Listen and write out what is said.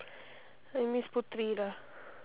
I miss putri lah